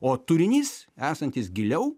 o turinys esantis giliau